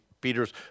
Peter's